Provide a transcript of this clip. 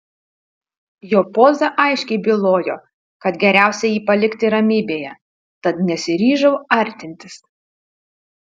jo poza aiškiai bylojo kad geriausia jį palikti ramybėje tad nesiryžau artintis